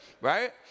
right